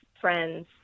friends